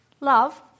love